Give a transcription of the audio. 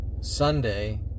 Sunday